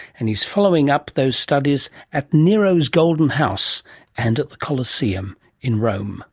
and he's following up those studies at nero's golden house and at the colosseum in rome